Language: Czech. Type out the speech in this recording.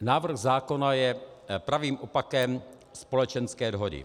Návrh zákona je pravým opakem společenské dohody.